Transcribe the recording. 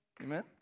Amen